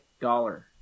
dollar